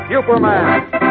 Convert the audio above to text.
Superman